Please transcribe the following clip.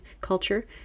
culture